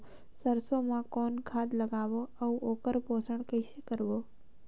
सरसो मा कौन खाद लगाबो अउ ओकर पोषण कइसे करबो?